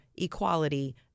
Equality